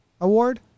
Award